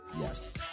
Yes